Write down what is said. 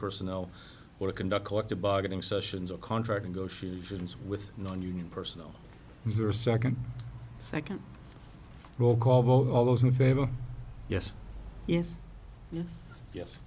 personnel or conduct collective bargaining sessions or contract negotiations with non union personnel these are second second roll call vote all those in favor yes yes yes yes